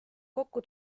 kokku